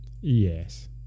yes